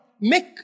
make